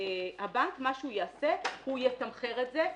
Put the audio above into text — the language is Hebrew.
הבנק, מה שהוא יעשה הוא יתמחר את זה.